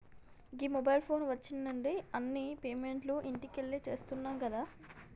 గీ mobile phone వచ్చిన్నుండి అన్ని పేమెంట్లు ఇంట్లకెళ్లే చేత్తున్నం గదా